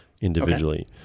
individually